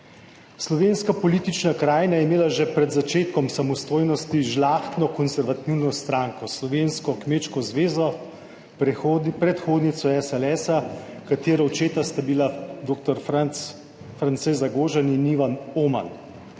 Slovenska politična krajina je imela že pred začetkom samostojnosti žlahtno konservativno stranko, Slovensko kmečko zvezo, predhodnico SLS, katere očeta sta bila dr. France Zagožen in Ivan Oman.